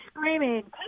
screaming